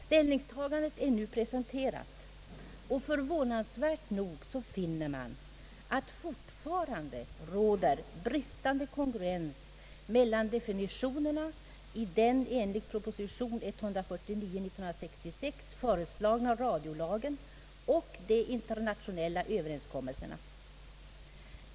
Ställningstagandet är nu presenterat, och förvånansvärt nog finner man att det fortfarande råder bristande konkurrens mellan definitionerna i den enligt proposition 1966:149 föreslagna radiolagen och de internationella överenskommelserna.